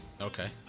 Okay